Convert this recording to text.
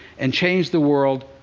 and change the world,